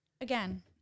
again